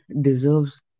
deserves